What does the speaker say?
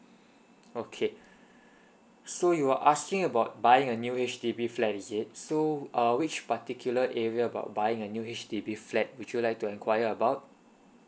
okay so you were asking about buying a new H_D_B flat is it so uh which particular area about buying a new H_D_B flat would you like to enquire about